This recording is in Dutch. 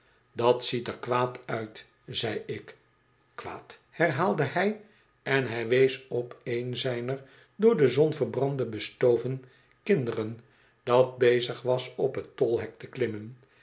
dat ziet er kwaad uit zei ik kwaad herhaalde hij en hij wees opeen zijner door de zon verbrande bestoven kinderen dat bezig was op t tolhek te klimmen